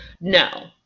No